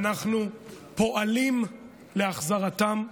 ואנחנו פועלים להחזרתם.